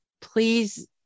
please